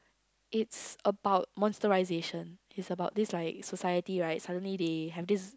it's about monsterization is about this like society right suddenly they have this